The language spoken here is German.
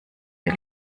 die